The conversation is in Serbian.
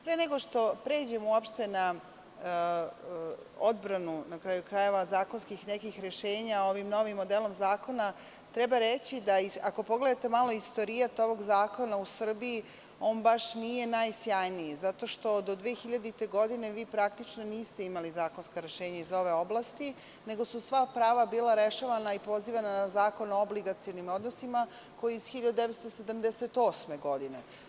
Pre nego što pređem uopšte na odbranu, na kraju krajeva, zakonskih nekih rešenja ovim novim modelom zakona, ako pogledate malo istorijat ovog zakona u Srbiji, on baš nije najjasniji, zato što do 2000. godine vi praktično niste imali zakonska rešenja iz ove oblasti, nego su sva prava bila rešavana i pozivana na Zakon o obligacionim odnosima, koji je iz 1978. godine.